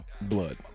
blood